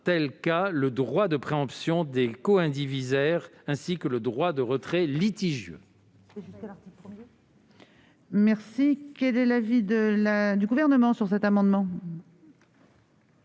tel cas le droit de préemption des coïndivisaires ainsi que le droit de retrait litigieux.